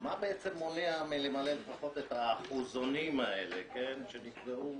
בעצם מונע מלמלא את האחוזונים האלה שנקבעו